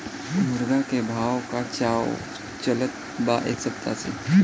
मुर्गा के भाव का चलत बा एक सप्ताह से?